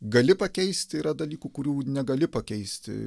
gali pakeisti yra dalykų kurių negali pakeisti